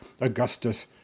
Augustus